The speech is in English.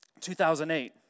2008